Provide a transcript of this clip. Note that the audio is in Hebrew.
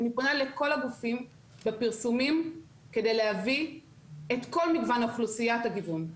אני פונה לכל הגופים בפרסומים כדי להביא את כל מגוון אוכלוסיית הגיוון.